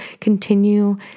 continue